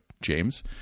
James